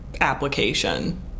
application